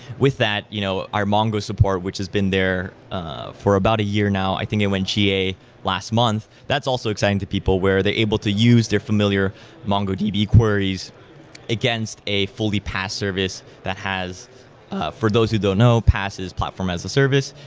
with that, you know our mongo support which has been there ah for about a year now, i think it went ga last month, that's also exciting to people where they're able to use their familiar mongo db queries against a fully pass service that has for those who don't know, pass is platform as a service,